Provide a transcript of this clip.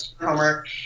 homework